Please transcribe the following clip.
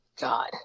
God